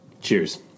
Cheers